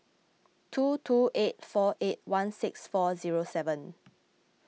two two eight four eight one six four zero seven